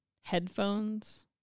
headphones